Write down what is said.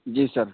جی سر